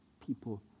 people